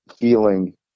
feeling